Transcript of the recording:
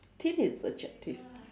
thin is adjective